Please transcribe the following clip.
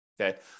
Okay